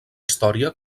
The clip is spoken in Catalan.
història